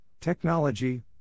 technology